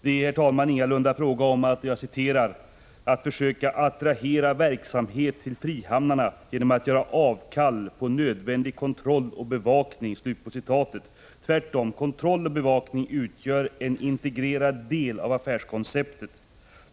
Det är, herr talman, ingalunda fråga om att ”försöka attrahera verksamhet till frihamnarna genom att göra avkall på nödvändig kontroll och bevakning”. Tvärtom: kontroll och bevakning utgör en integrerad del av affärskonceptet.